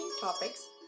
topics